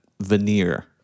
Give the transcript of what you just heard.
veneer